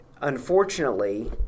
Unfortunately